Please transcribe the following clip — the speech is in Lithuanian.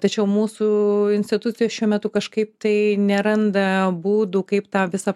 tačiau mūsų institucijos šiuo metu kažkaip tai neranda būdų kaip tą visą